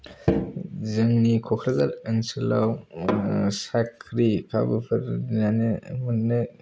जोंनि क'कराझार ओनसोलाव साख्रि माबाफोर मोननो